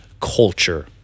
culture